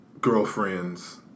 Girlfriends